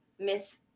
Miss